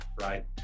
right